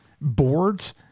boards